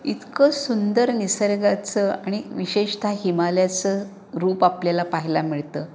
इतकं सुंदर निसर्गाचं आणि विशेषतः हिमालयाचं रूप आपल्याला पाहायला मिळतं